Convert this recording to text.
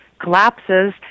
collapses